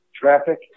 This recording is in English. traffic